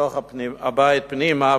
בתוך הבית פנימה,